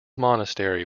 monastery